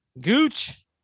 gooch